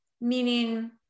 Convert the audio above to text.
meaning